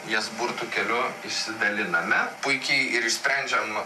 jas burtų keliu išsidaliname puikiai ir išsprendžiam